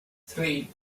three